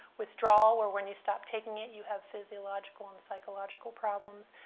withdrawal, or when you stop taking it, you have physiological and psychological problems,